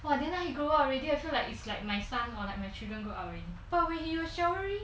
well I didn't know you go out already I feel like it's like my son or like my children go orange but when he was showering